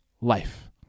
Life